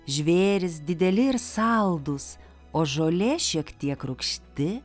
žvėrys dideli ir saldūs o žolė šiek tiek rūgšti